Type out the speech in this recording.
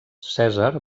cèsar